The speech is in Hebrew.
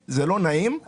לא הבנתי את הפסקה הזאת.